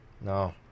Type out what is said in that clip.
No